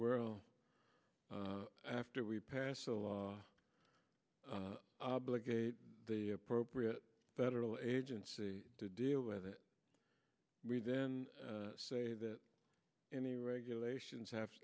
world after we pass a law obligate the appropriate federal agency to deal with it we then say that any regulations ha